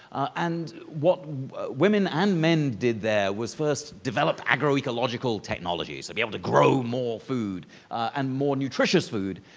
and what women and men did there was first develop ago ah grow ecological technologies to be able to grow more food and more nutritious food.